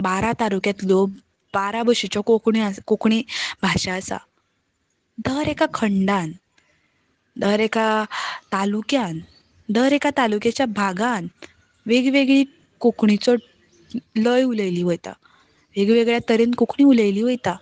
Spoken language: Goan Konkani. बारा तालुक्यांतलो लोक बारा भशेच्यो कोंकणी कोंकणी भाशा आसात दर एका खंडान दर एका तालुक्यांत दर एका तालुक्याच्या भागांत वेगवेगळी कोंकणीची लय उलयल्ली वयता वेग वेगळ्या तरेन कोंकणी उलयली वयता